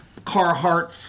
Carhartt